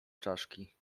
czaszki